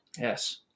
yes